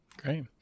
Great